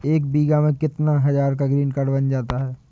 एक बीघा में कितनी हज़ार का ग्रीनकार्ड बन जाता है?